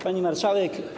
Pani Marszałek!